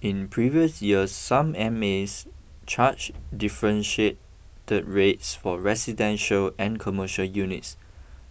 in previous years some M S charge differentiated rates for residential and commercial units